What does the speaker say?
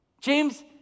James